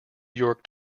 york